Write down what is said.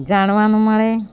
જાણવાનું મળે